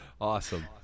Awesome